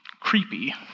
creepy